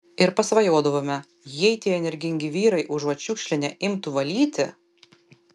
ir pasvajodavome jei tie energingi vyrai užuot šiukšlinę imtų valyti